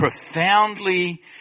profoundly